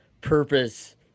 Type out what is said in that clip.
purpose